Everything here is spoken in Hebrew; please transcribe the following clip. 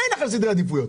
אין לכם סדרי עדיפויות.